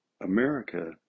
america